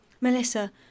Melissa